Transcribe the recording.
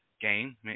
game